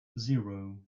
zero